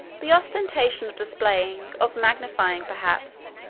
the ostentation of displaying, of magnifying, perhaps,